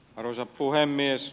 arvoisa puhemies